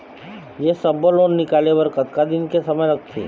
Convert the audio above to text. ये सब्बो लोन निकाले बर कतका दिन के समय लगथे?